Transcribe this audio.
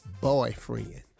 boyfriend